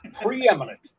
preeminent